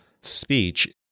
speech